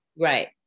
Right